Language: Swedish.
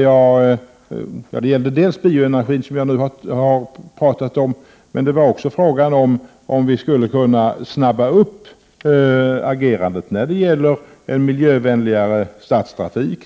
Jag nämnde dels bioenergin, som jag nu har pratat om, dels om vi skulle kunna snabba upp agerandet i fråga om miljövänligare stadstrafik